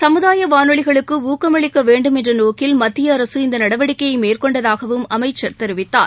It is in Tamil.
சமுதாய வானொலிகளுக்கு ஊக்கமளிக்க வேண்டும் என்ற நோக்கில் மத்திய அரசு இந்த நடவடிக்கையை மேற்கொண்டதாகவும் அமைச்சர் தெரிவித்தார்